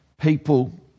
people